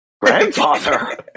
Grandfather